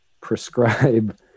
prescribe